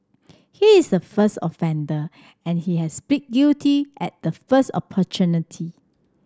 he is a first offender and he has plead guilty at the first opportunity